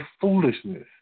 foolishness